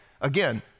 Again